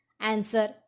Answer